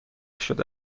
شده